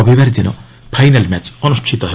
ରବିବାର ଦିନ final match ଅନୁଷ୍ଠିତ ହେବ